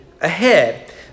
ahead